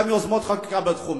גם יוזמות חקיקה בתחום.